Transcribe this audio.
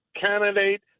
candidate